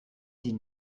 die